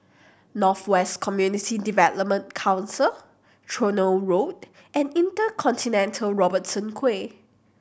North West Community Development Council Tronoh Road and InterContinental Robertson Quay